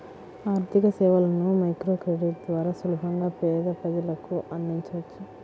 ఆర్థికసేవలను మైక్రోక్రెడిట్ ద్వారా సులభంగా పేద ప్రజలకు అందించవచ్చు